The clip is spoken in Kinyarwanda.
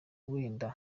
wenda